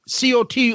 COT